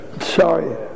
Sorry